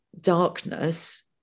darkness